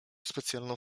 specjalną